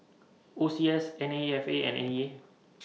O C S N A F A and N E A